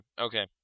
okay